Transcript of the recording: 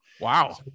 Wow